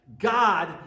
God